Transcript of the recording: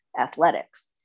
athletics